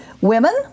women